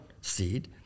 seed